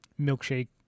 Milkshake